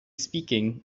speaking